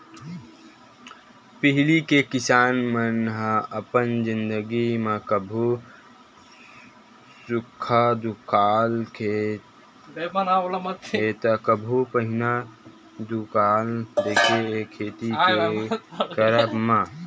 पहिली के किसान मन ह अपन जिनगी म कभू सुक्खा दुकाल देखे हे ता कभू पनिहा दुकाल देखे हे खेती के करब म